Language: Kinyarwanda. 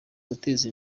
guteza